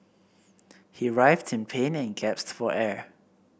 he writhed in pain and gasped for air